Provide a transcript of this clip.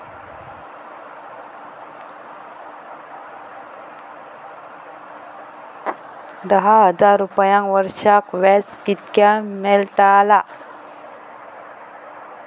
दहा हजार रुपयांक वर्षाक व्याज कितक्या मेलताला?